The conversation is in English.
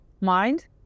mind